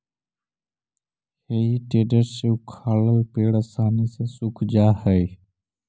हेइ टेडर से उखाड़ल पेड़ आसानी से सूख जा हई